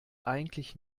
eigentlich